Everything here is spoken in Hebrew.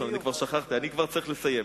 אני כבר צריך לסיים.